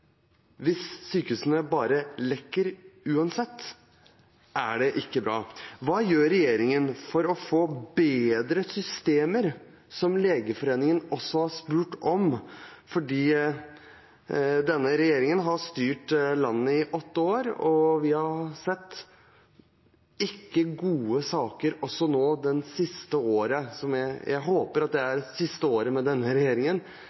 hvis sykehusene bare lekker uansett, er det ikke bra. Hva gjør regjeringen for å få bedre systemer, som Legeforeningen også har etterspurt? Denne regjeringen har styrt landet i åtte år, og vi har sett saker som ikke er gode også nå det siste året, så jeg håper det er det siste året med denne regjeringen.